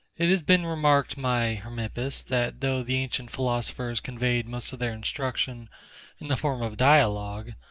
it has been remarked, my hermippus, that though the ancient philosophers conveyed most of their instruction in the form of dialogue,